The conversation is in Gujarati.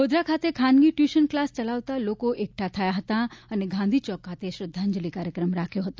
ગોધરા ખાતે ખાનગી ટ્યૂશન કલાસ ચલાવતા લોકો એકઠાં થયા હતા અને ગાંધીચોક ખાતે શ્રધ્ધાંજલિ કાર્યક્રમ રાખ્યો હતો